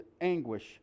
anguish